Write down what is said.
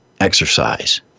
exercise